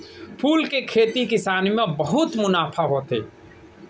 फूल के खेती किसानी म बहुत मुनाफा होथे